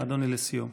אדוני, לסיים.